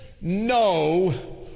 no